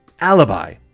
alibi